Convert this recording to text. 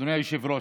אדוני היושב-ראש,